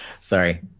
Sorry